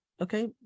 okay